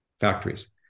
factories